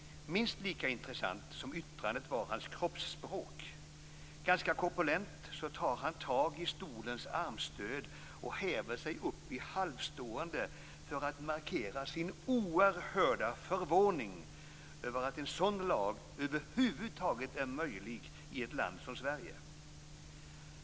Minst lika intressant som yttrandet var hans kroppsspråk. Ganska korpulent tar han tag i stolens armstöd och häver sig upp i halvstående för att markera sin oerhörda förvåning över att en sådan lag över huvud taget är möjlig i ett land som Sverige.